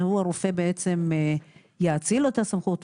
שהרופא יאציל לו את הסמכות,